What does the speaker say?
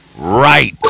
Right